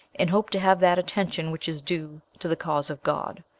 and hope to have that attention which is due to the cause of god